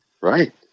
Right